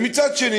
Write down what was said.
ומצד אחר,